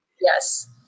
yes